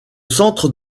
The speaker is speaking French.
centre